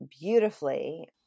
beautifully